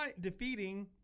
defeating